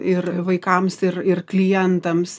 ir vaikams ir ir klientams